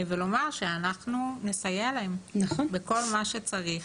אני רוצה גם לומר שאנחנו נסייע להם בכל מה שצריך,